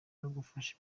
bagufashe